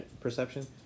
perception